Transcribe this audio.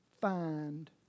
find